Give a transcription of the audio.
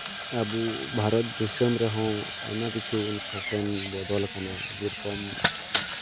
ᱟᱵᱚ ᱵᱷᱟᱨᱚᱛ ᱫᱤᱥᱚᱢ ᱨᱮᱦᱚᱸ ᱟᱭᱢᱟ ᱠᱤᱪᱷᱩ ᱯᱷᱮᱥᱮᱱ ᱵᱚᱫᱚᱞ ᱠᱟᱱᱟ ᱡᱮᱨᱚᱠᱚᱢ